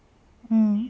mm